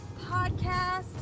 podcast